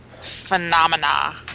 Phenomena